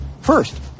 First